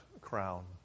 crown